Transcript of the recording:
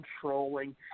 controlling